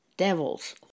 devils